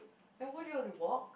and why do you have to walk